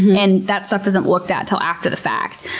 and that stuff isn't looked at until after the fact.